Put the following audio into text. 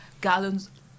gallons